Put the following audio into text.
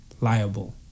liable